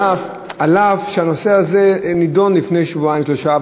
אף שהנושא הזה נדון לפני שבועיים-שלושה,